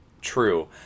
true